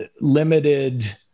limited